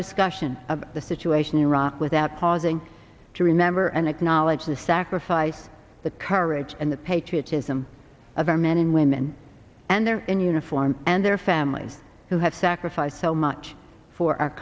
discussion of the situation in iraq without pausing to remember and acknowledge the sacrifice the courage and the patriotism of our men and women and their in uniform and their families who have sacrificed so much for our